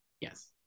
Yes